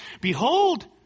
behold